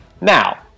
Now